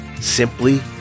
simply